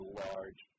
large